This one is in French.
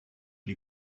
les